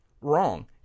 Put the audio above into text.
wrong